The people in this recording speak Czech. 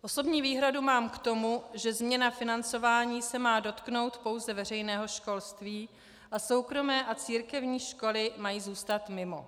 Osobní výhradu mám k tomu, že změna financování se má dotknout pouze veřejného školství a soukromé a církevní školy mají zůstat mimo.